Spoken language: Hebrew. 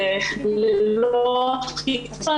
אם לא תהיה אכיפה,